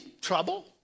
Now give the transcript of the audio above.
trouble